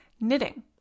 knitting